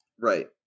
Right